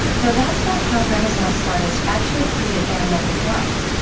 though that's not how renaissance artists actually created anamorphic drawings.